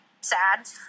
sad